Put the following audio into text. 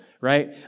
right